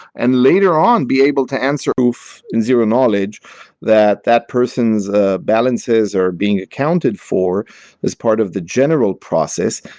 and later on be able to answer in zero knowledge that that person's ah balances are being accounted for as part of the general process.